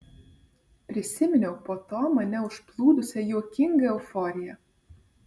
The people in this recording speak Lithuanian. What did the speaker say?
prisiminiau po to mane užplūdusią juokingą euforiją